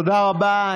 תודה רבה.